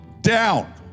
down